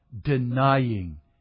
denying